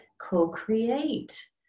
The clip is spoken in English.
co-create